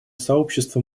сообщество